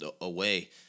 away